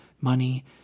money